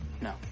No